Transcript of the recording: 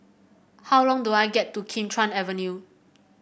how do I get to Kim Chuan Avenue